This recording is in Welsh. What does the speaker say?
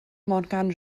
morgan